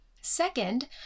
Second